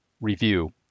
Review